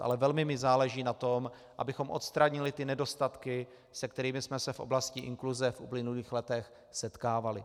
Ale velmi mi záleží na tom, abychom odstranili nedostatky, se kterými jsme se v oblasti inkluze v uplynulých letech setkávali.